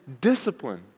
discipline